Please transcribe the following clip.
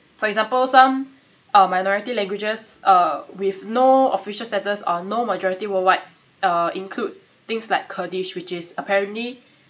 for example some uh minority languages uh with no official status or no majority worldwide uh include things like kurdish which is apparently